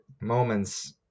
moments